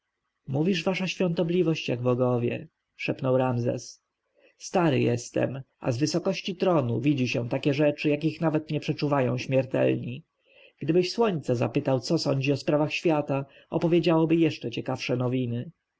mówisz wasza świątobliwość jak bogowie szepnął ramzes stary jestem a z wysokości tronu widzi się takie rzeczy jakich nawet nie przeczuwają śmiertelni gdybyś słońca zapytał co sądzi o sprawach świata opowiedziałoby jeszcze ciekawsze nowiny